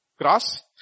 grass